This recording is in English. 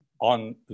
on